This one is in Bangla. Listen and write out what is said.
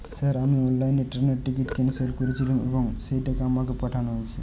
স্যার আমি অনলাইনে ট্রেনের টিকিট ক্যানসেল করেছিলাম এবং সেই টাকা আমাকে পাঠানো হয়েছে?